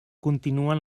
continuen